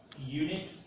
Unit